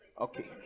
okay